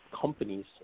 companies